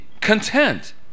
content